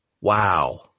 Wow